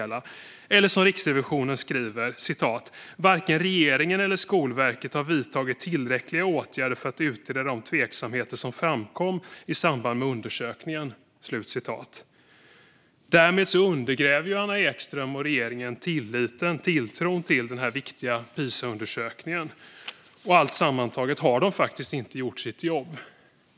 Som Riksrevisionen skriver: "Varken regeringen eller Skolverket har vidtagit tillräckliga åtgärder för att utreda de tveksamheter som framkom i samband med undersökningen." Därmed undergräver Anna Ekström och regeringen tilltron till den viktiga Pisaundersökningen. Allt sammantaget har de faktiskt inte gjort sitt jobb.